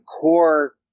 core